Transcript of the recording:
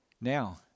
Now